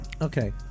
okay